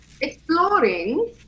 exploring